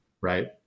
right